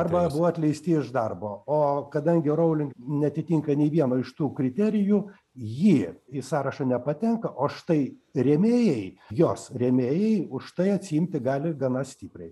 arba buvo atleisti iš darbo o kadangi rowling neatitinka nei vieno iš tų kriterijų ji į sąrašą nepatenka o štai rėmėjai jos rėmėjai už tai atsiimti gali gana stipriai